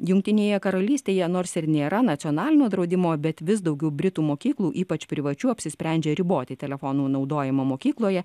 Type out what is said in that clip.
jungtinėje karalystėje nors ir nėra nacionalinio draudimo bet vis daugiau britų mokyklų ypač privačių apsisprendžia riboti telefonų naudojimą mokykloje